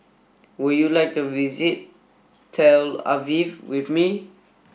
would you like to visit Tel Aviv with me